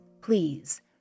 Please